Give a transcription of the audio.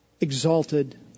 exalted